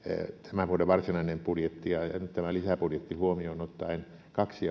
tämän vuoden varsinainen budjetti ja tämä lisäbudjetti huomioon ottaen kaksi